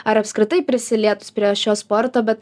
ar apskritai prisilietus prie šio sporto bet